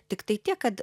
tiktai tiek kad